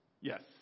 Yes